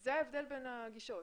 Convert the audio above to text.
זה ההבדל בין הגישות.